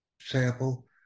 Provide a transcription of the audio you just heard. sample